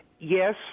Yes